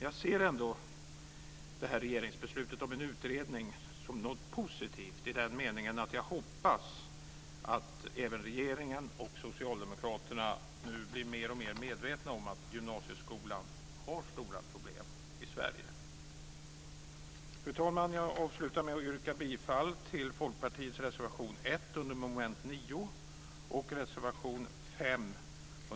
Jag ser ändå det här regeringsbeslutet om en utredning som något positivt i den meningen att jag hoppas att även regeringen och Socialdemokraterna nu blir mer och mer medvetna om att gymnasieskolan har stora problem i Sverige. Fru talman! Jag avslutar med att yrka bifall till